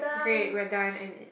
great we're done and it